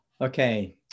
Okay